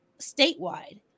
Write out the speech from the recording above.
statewide